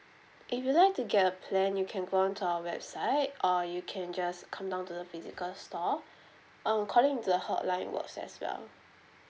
if you like to get a plan you can go on to our website or you can just come down to the physical store um calling into the hotline works as well